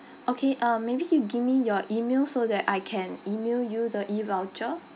okay uh maybe you give me your email so that I can email you the e-voucher